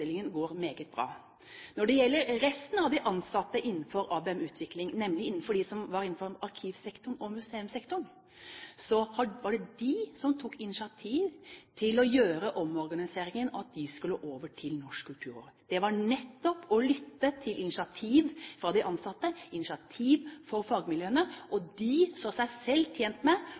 omstillingen går meget bra. Når det gjelder resten av de ansatte innenfor ABM-utvikling, nemlig de som var innenfor arkivsektoren og museumssektoren, var det de som tok initiativ til omorganiseringen og til at de skulle over til Norsk kulturråd. Det var nettopp å lytte til initiativ fra de ansatte, initiativ fra fagmiljøene, og de så seg selv tjent med